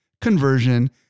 conversion